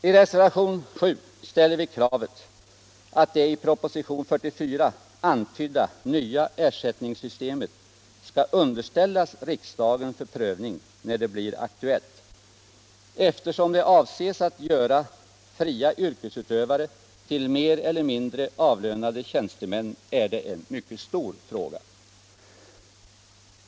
I reservation 7 ställer vi kravet att det i proposition 1975/76:44 antydda nya ersättningssystemet skall underställas riksdagen för prövning när det blir aktuellt. Eftersom det avses att göra fria yrkesutövare mer eller mindre till avlönade tjänstemän är det en mycket stor fråga.